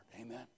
amen